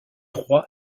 roi